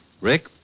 Rick